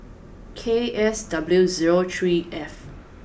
K S W zero three F